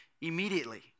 immediately